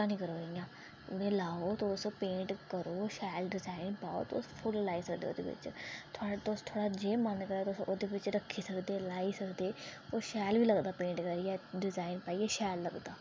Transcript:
ते डब्बे सुट्टा नी करो उनै गी लैओ तुस पेंट करो शैल डिज़ाईन पाओ फुल्ल लाई सकदे तुस ओह्दे बिच तुंदा जो मन करै तुस ओह्दे बिच कुछ रक्खी सकदे कुछ बी लाई सकदे ते ओह् शैल बी लगदा डिज़ाईन पाईयै